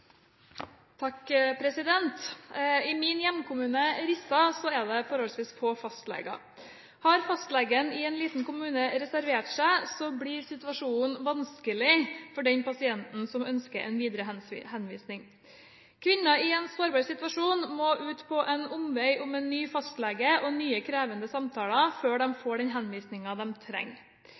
min hjemkommune Rissa er det få fastleger. Har fastlegen i en liten kommune reservert seg, blir situasjonen vanskelig for den pasienten som ønsker en videre henvisning. Kvinner i en sårbar situasjon må ut på en omvei om en ny fastlege og krevende samtaler før de får den henvisningen de trenger.